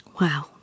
Wow